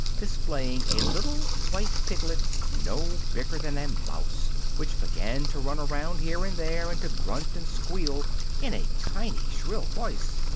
displaying a little white piglet no bigger than a mouse, which began to run around here and there and to grunt and squeal in a tiny, shrill voice.